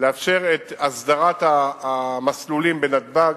לאפשר את הסדרת המסלולים בנתב"ג.